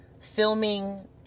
filming